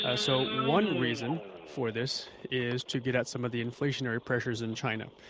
ah so, one reason for this is to get out some of the inflationary pressures in china.